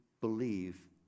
believe